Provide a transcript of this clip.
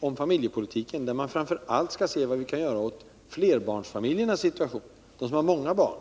om familjepolitiken, som framför allt skall se vad vi kan göra åt flerbarnsfamiljernas situation — de som har många barn.